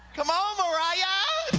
come on, mariah!